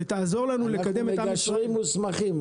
ותעזור לנו לקדם --- אנחנו מגשרים מוסמכים,